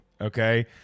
okay